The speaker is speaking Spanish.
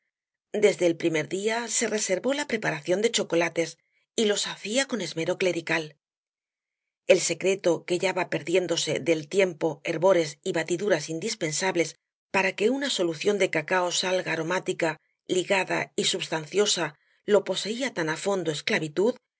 desde el primer día se reservó la preparación de chocolates y los hacía con esmero clerical el secreto que ya va perdiéndose del tiempo hervores y batiduras indispensables para que una solución de cacao salga aromática ligada y substanciosa lo poseía tan á fondo esclavitud que